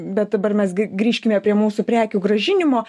bet dabar mes grįžkime prie mūsų prekių grąžinimo